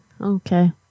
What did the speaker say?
Okay